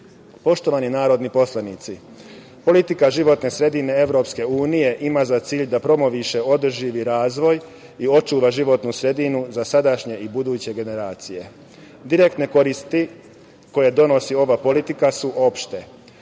promene? Poštovani narodni poslanici, politika životne sredine EU ima za cilj da promoviše održivi razvoj i očuva životnu sredinu za sadašnje i buduće generacije. Direktne koristi koje donosi ova politika su opšte